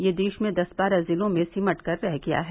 यह से देश में दस बारह जिलों में सिमट कर रहा गया है